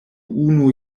unu